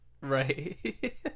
Right